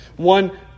one